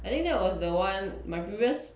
I think that was the one my previous